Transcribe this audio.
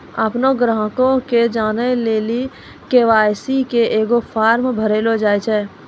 अपनो ग्राहको के जानै लेली के.वाई.सी के एगो फार्म भरैलो जाय छै